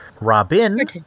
Robin